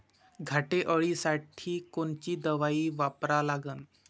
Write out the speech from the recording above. घाटे अळी साठी कोनची दवाई वापरा लागन?